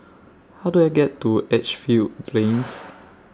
How Do I get to Edgefield Plains